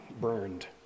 burned